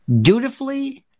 dutifully